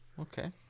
okay